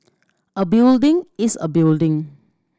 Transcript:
a building is a building